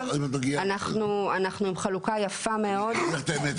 אנחנו עדים להיווצרות של קהילות ממש,